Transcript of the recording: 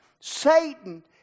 Satan